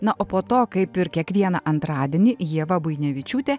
na o po to kaip ir kiekvieną antradienį ieva buinevičiūtė